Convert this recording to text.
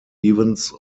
evans